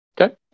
Okay